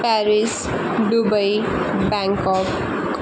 Paris Dubai Bangkok